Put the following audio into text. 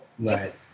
Right